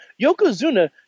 Yokozuna